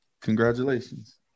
Congratulations